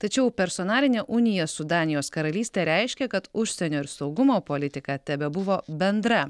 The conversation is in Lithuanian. tačiau personalinė unija su danijos karalyste reiškia kad užsienio ir saugumo politika tebebuvo bendra